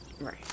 Right